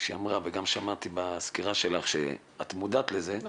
שהיא אמרה וגם שמעתי בסקירה שלך שאת מודעת לכך --- נכון.